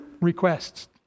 requests